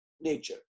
nature